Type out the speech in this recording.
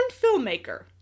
filmmaker